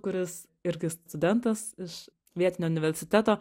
kuris irgi studentas iš vietinio universiteto